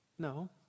No